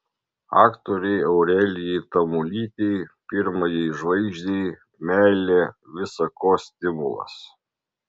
aktorei aurelijai tamulytei pirmajai žvaigždei meilė visa ko stimulas